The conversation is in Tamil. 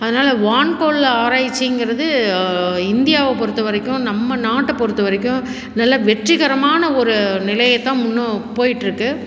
அதனால் வான்கோள் ஆராய்ச்சிங்கிறது இந்தியாவை பொறுத்த வரைக்கும் நம்ம நாட்டை பொறுத்த வரைக்கும் நல்ல வெற்றிகரமான ஒரு நிலையைத்தான் முன்னும் போயிட்டிருக்கு